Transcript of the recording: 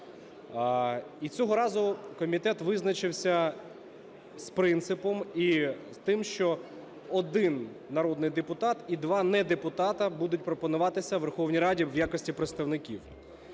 І цього разу комітет визначився з принципом і з тим, що 1 народний депутат і 2 недепутати будуть пропонуватися у Верховній Раді в якості представників.